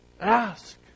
Ask